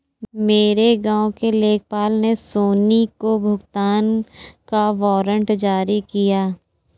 मेरे गांव के लेखपाल ने सोनी को भुगतान का वारंट जारी किया